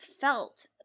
felt